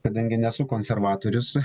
kadangi nesu konservatorius